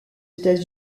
états